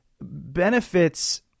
benefits